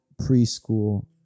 preschool